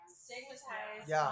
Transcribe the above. stigmatized